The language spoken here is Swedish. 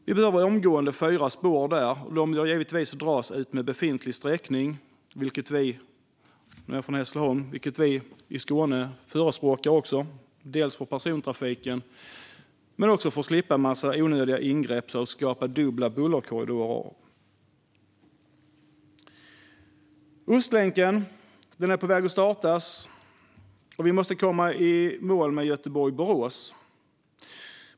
Den behöver omgående fyra spår, och de bör givetvis dras utmed befintlig sträckning. Det förespråkar också vi i Skåne; jag är från Hässleholm. Det gäller dels för persontrafikens skull, dels för att slippa en massa onödiga ingrepp för att skapa dubbla bullerkorridorer. Ostlänken är på väg att startas, och vi måste komma i mål med sträckan Göteborg-Borås.